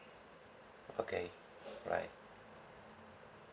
okay right